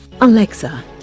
Alexa